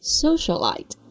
socialite